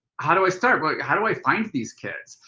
how do i start, look how do i find these kids?